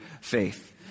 faith